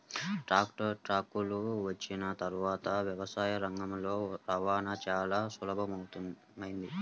tractor, ట్రక్కులు వచ్చిన తర్వాత వ్యవసాయ రంగంలో రవాణా చాల సులభతరమైంది